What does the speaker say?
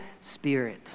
spirit